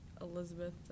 Elizabeth